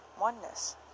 oneness